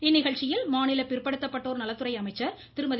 இந்நிகழ்ச்சியில் மாநில பிற்படுத்தப்பட்டோர் நலத்துறை அமைச்சர் திருமதி